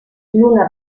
lluna